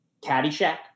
Caddyshack